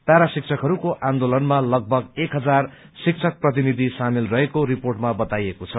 para शिक्षकहरूको आन्दोलनमा लगभग एक हजार शिक्षक प्रतिनिधि सामेल रहेको रिपोर्टमा बताइएको छ